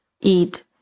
eat